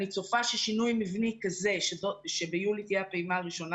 אני צופה ששינוי מבני כזה שביולי תהיה הרשימה הראשונה